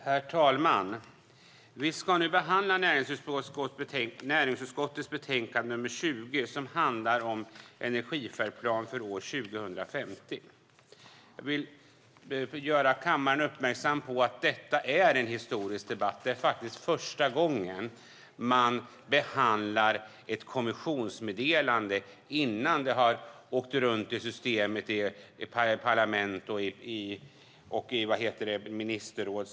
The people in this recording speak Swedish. Herr talman! Vi ska nu behandla näringsutskottets utlåtande nr 20 som handlar om energifärdplan för år 2050. Jag vill göra kammaren uppmärksam på att detta är en historisk debatt. Det är första gången man behandlar ett kommissionsmeddelande innan det har åkt runt i systemet i parlament och i ministerråd.